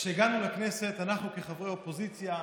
כשהגענו לכנסת, אנחנו חברי אופוזיציה,